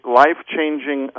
life-changing